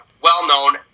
well-known